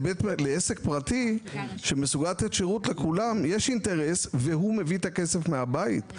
לעסק פרטי שמסוגל לתת שירות לכולם יש אינטרס והוא מביא את הכסף מהבית.